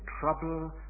trouble